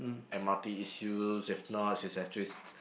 m_r_t issues if not she's actually s~